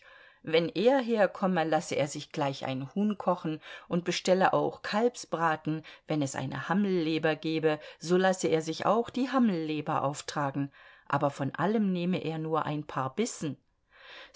wenn er herkomme lasse er sich gleich ein huhn kochen und bestelle auch kalbsbraten wenn es eine hammelleber gebe so lasse er sich auch die hammelleber auftragen aber von allem nehme er nur ein paar bissen